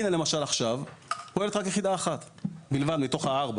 עכשיו למשל עובדת רק יחידה אחת מתוך הארבע